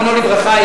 זיכרונו לברכה,